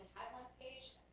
one page